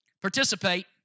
Participate